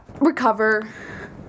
recover